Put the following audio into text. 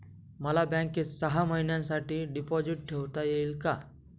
मला बँकेत सहा महिन्यांसाठी डिपॉझिट ठेवता येईल का?